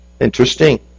Interesting